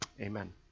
amen